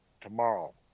tomorrow